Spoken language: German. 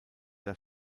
das